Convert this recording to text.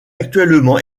actuellement